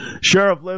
Sheriff